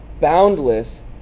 boundless